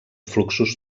fluxos